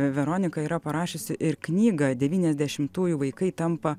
veronika yra parašiusi ir knygą devyniasdešimtųjų vaikai tampa